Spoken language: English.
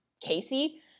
Casey